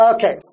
Okay